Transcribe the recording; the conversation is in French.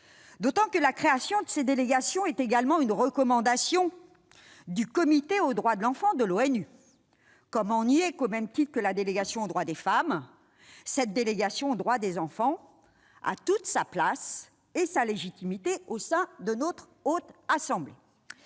d'autant que la création de ces délégations est également une recommandation du Comité des droits de l'enfant de l'ONU. Comment nier que, au même titre que la délégation aux droits des femmes, cette délégation aux droits des enfants a toute sa place et sa légitimité au sein de la Haute Assemblée